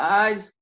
eyes